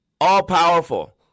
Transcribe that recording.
all-powerful